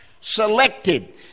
selected